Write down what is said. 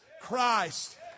Christ